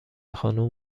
خانوم